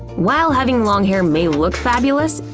while having long hair may look fabulous,